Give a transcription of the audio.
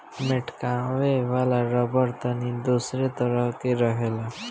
मेटकावे वाला रबड़ तनी दोसरे तरह के रहेला